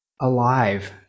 alive